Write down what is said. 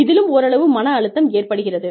இதிலும் ஓரளவு மன அழுத்தம் ஏற்படுகிறது